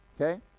okay